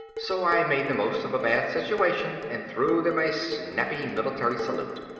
so i made the most of a bad situation and threw them a snappy military salute.